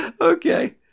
okay